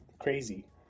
crazy